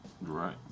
right